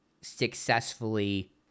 successfully